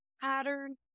pattern